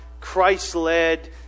Christ-led